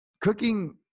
cooking